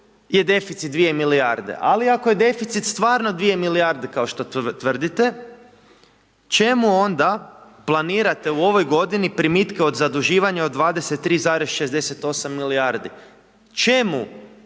i deficit 2 milijarde, ali ako je deficit stvarno dvije milijarde, kao što tvrdite, čemu onda planirate u ovoj godini primitke od zaduživanja od 23,68 milijardi, čemu